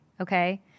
okay